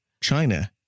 China